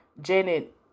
Janet